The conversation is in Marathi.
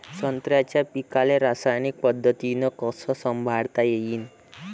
संत्र्याच्या पीकाले रासायनिक पद्धतीनं कस संभाळता येईन?